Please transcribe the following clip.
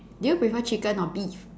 do you prefer chicken or beef